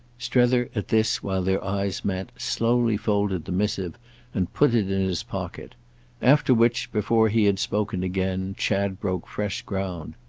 strether, at this, while their eyes met, slowly folded the missive and put it in his pocket after which, before he had spoken again, chad broke fresh ground.